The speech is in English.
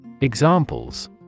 Examples